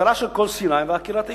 החזרה של כל סיני ועקירת היישובים.